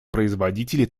производители